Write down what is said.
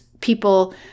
People